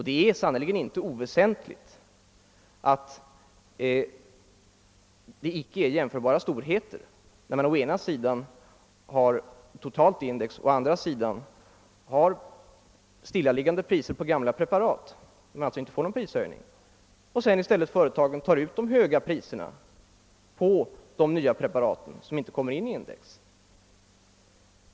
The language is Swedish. Det är sannerligen inte oväsentligt att man jämför icke jämförbara storheter när man å ena sidan har total index och å andra sidan — inom läke medelsområdet — stillaliggande priser på gamla preparat, som alltså inte får någon prishöjning — företagen tar se dan i stället ut de högre priserna på de nya preparaten som inte kommer in i index.